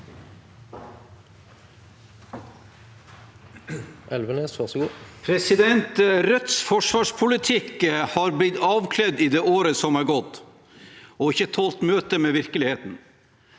Rødts forsvarspoli- tikk har blitt avkledd i det året som har gått, og den har ikke tålt møtet med virkeligheten.